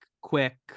quick